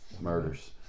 murders